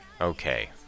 Okay